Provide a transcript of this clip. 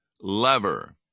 lever